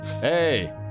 Hey